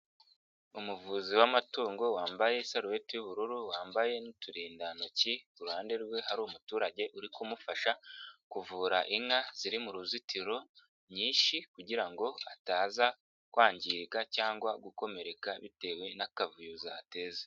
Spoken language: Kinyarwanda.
Umuvuzi w'amatungo wambaye isarubeti y'ubururu, wambaye n'uturindantoki, ku ruhande rwe hari umuturage uri kumufasha kuvura inka ziri mu ruzitiro nyinshi kugira ngo ataza kwangirika cyangwa gukomereka bitewe n'akavuyo zateza.